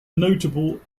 notable